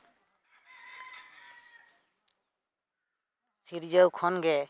ᱥᱤᱨᱡᱟᱹᱣ ᱠᱷᱚᱱ ᱜᱮ